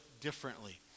differently